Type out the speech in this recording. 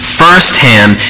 firsthand